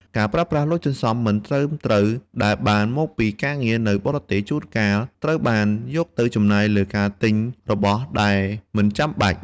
ការប្រើប្រាស់លុយសន្សំមិនត្រឹមត្រូវដែលបានពីការងារនៅបរទេសជួនកាលត្រូវបានយកទៅចំណាយលើការទិញរបស់ដែលមិនចាំបាច់។